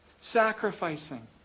Sacrificing